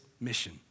mission